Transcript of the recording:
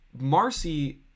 Marcy